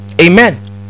amen